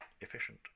efficient